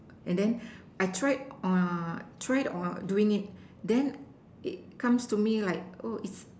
and then I tried tried doing it then it comes to me like oh it's